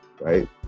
Right